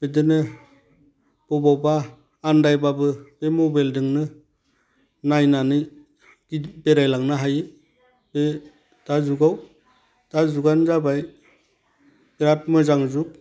बिदिनो बबावबा आन्दायबाबो बे मबेलजोंनो नायनानै गि बेरायलांनो हायो बे दाजुगाव दा जुगानो जाबाय बिराद मोजां जुग